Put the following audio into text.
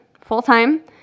full-time